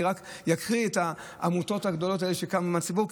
אני רק אקריא את העמותות הגדולות האלה שקמו מהציבור,